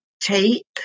take